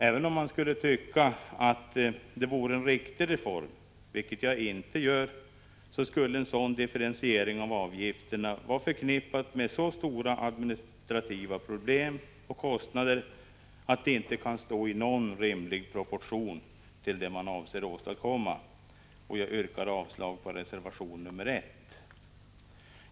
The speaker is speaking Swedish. Även om man skulle tycka att det vore en riktig reform — vilket jag inte gör — skulle en sådan differentiering av avgifterna vara förknippad med så stora administrativa problem och kostnader att det inte står i någon rimlig proportion till det man avser åstadkomma. Jag yrkar avslag på reservation 1.